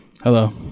hello